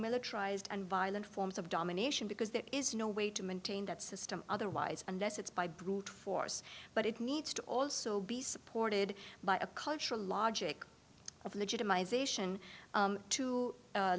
militarized and violent forms of domination because there is no way to maintain that system otherwise unless it's by brute force but it needs to also be supported by a cultural logic